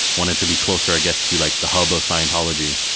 wanted to be closer i guess to like the hub of scientology,